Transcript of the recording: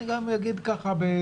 אני גם אומר בסוגריים,